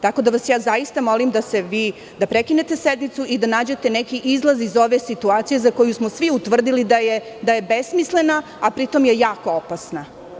Tako da vas zaista molim da prekinete sednicu i da nađete neki izlaz iz ove situacije za koju smo svi utvrdili da je besmislena, a pri tom je jako opasna.